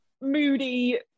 moody